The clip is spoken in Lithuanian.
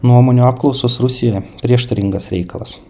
nuomonių apklausos rusijoje prieštaringas reikalas